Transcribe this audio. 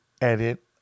edit